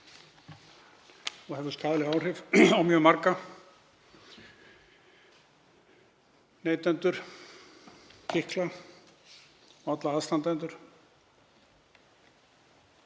og hefur skaðleg áhrif á mjög marga neytendur, fíkla og alla aðstandendur.